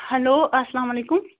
hello اَسلامُ علیکُم